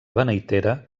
beneitera